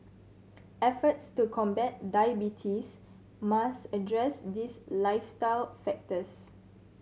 efforts to combat diabetes must address these lifestyle factors